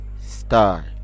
Star